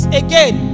again